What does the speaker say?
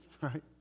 right